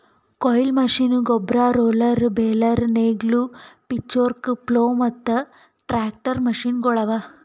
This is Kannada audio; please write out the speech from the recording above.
ಕೊಯ್ಲಿ ಮಷೀನ್, ಗೊಬ್ಬರ, ರೋಲರ್, ಬೇಲರ್, ನೇಗಿಲು, ಪಿಚ್ಫೋರ್ಕ್, ಪ್ಲೊ ಮತ್ತ ಟ್ರಾಕ್ಟರ್ ಮಷೀನಗೊಳ್ ಅವಾ